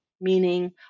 meaning